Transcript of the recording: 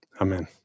Amen